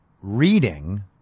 reading